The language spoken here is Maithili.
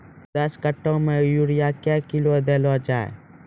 दस कट्ठा मे यूरिया क्या किलो देलो जाय?